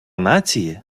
нації